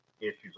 issues